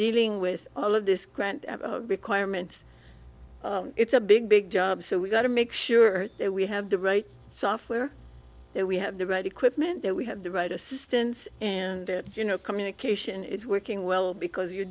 dealing with all of this grant requirements it's a big big job so we've got to make sure that we have the right software that we have the right equipment that we have the right assistance and that you know communication is working well because you're